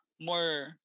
more